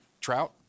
trout